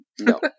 No